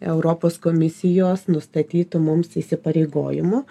europos komisijos nustatytų mums įsipareigojimų